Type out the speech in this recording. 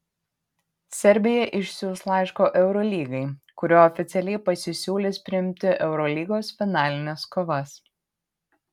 serbija išsiųs laišką eurolygai kuriuo oficialiai pasisiūlys priimti eurolygos finalines kovas